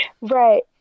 Right